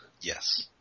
Yes